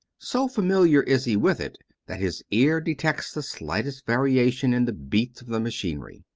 so familiar is he with it that his ear detects the slightest variation in the beats of the machinery,